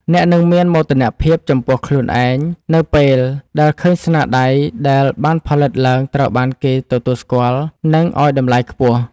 អ្នកនឹងមានមោទនភាពចំពោះខ្លួនឯងនៅពេលដែលឃើញស្នាដៃដែលបានផលិតឡើងត្រូវបានគេទទួលស្គាល់ និង ឱ្យតម្លៃខ្ពស់។